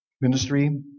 ministry